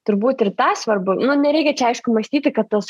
turbūt ir tą svarbu nu nereikia čia aišku mąstyti kad tos